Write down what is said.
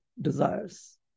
desires